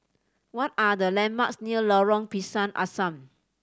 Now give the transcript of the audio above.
what are the landmarks near Lorong Pisang Asam